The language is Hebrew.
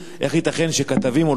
איך ייתכן שכתבים הולכים,